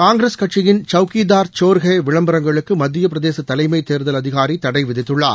காங்கிரஸ் கட்சியின் சவுக்கிதாா் சோர் ஹய் விளம்பரங்களுக்கு மத்திய பிரதேச தலைமை தேர்தல் அதிகாரி தடை விதித்துள்ளார்